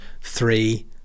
three